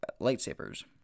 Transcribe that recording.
lightsabers